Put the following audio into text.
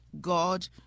God